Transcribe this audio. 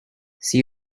see